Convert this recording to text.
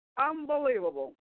Unbelievable